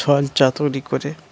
ছল চাতুরি করে